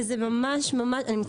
וזה ממש ואני מצטערת,